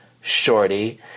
shorty